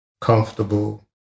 comfortable